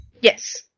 Yes